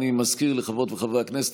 אני מזכיר לחברות וחברי הכנסת,